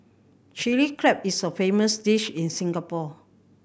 Chilli Crab is a famous dish in Singapore